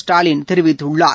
ஸ்டாலின் தெரிவித்துள்ளார்